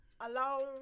alone